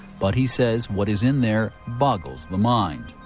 but he says what is in there boggles the mind.